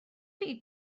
chi